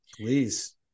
please